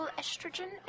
estrogen